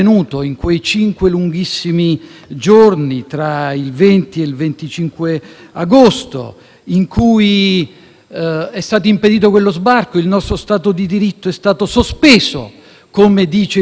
in cui è stato impedito lo sbarco e il nostro Stato di diritto è stato sospeso, come dice il tribunale di Catania. Ciò è avvenuto per le 190 persone della nave Diciotti,